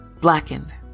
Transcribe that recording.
Blackened